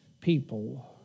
People